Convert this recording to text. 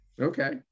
Okay